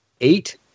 eight